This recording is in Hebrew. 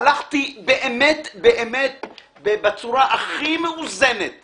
הלכתי בצורה הכי מאוזנת בעולם.